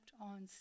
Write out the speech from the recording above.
on